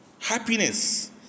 Happiness